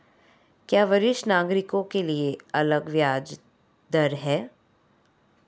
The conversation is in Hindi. क्या वरिष्ठ नागरिकों के लिए अलग ब्याज दर है?